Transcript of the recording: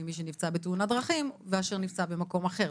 למי שנפצע בתאונת דרכים ואשר נפצע במקום אחר.